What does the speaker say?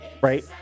right